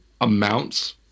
amounts